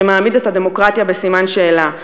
שמעמיד את הדמוקרטיה בסימן שאלה,